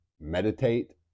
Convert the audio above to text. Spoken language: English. meditate